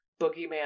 boogeyman